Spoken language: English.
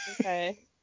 Okay